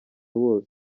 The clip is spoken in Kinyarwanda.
wose